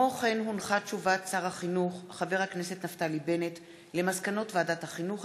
הודעת שר החינוך נפתלי בנט על מסקנות ועדת החינוך,